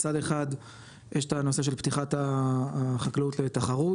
מצד אחד יש את הנושא של פתיחת החקלאות לתחרות